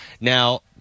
Now